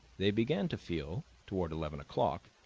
they began to feel, toward eleven o'clock,